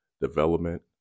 development